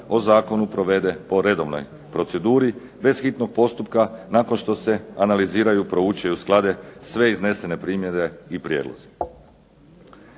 o zakonu provede po redovnoj proceduri bez hitno postupka nakon što se analiziraju, prouče i usklade sve iznesene primjedbe i prijedlozi.